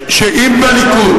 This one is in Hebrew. אני מודיע לכם שאם בליכוד,